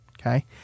Okay